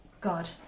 God